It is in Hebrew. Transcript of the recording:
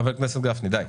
חבר הכנסת גפני, די.